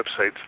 websites